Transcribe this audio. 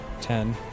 ten